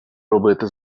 робити